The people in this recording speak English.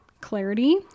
clarity